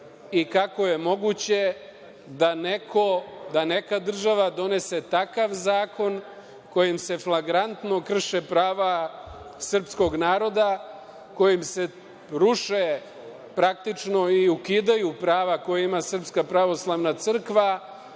I, kako je moguće da neko, da neka država donese takav zakon kojim se flagrantno krše prava srpskog naroda, kojim se ruše praktično i ukidaju prava koja ima Srpska pravoslavna crkva,